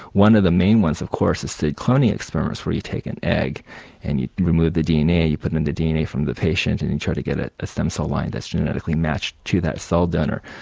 one of the main ones of course is the cloning experiments where you take an egg and you remove the dna, you put in and the dna from the patient, and you try to get a ah stem cell line that's genetically matched to that cell donor,